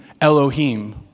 Elohim